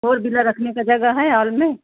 four wheeler रखने की जगह है हाॅल में